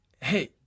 Hey